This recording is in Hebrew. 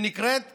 שנקראת חנ"י,